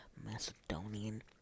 Macedonian